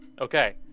Okay